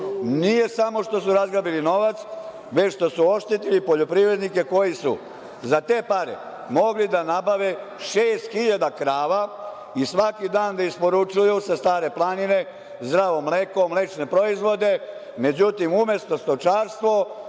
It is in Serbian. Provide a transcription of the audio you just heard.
Nije samo što su razgrabili novac, već što su oštetili poljoprivrednike koji su za te pare mogli da nabave šest hiljada krava i svaki dan da isporučuju sa Stare planine zdravo mleko, mlečne proizvode, međutim umesto stočarstva